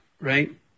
right